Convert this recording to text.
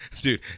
Dude